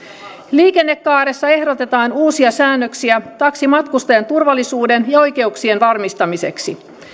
liikennekaaressa ehdotetaan uusia säännöksiä taksimatkustajan turvallisuuden ja oikeuksien varmistamiseksi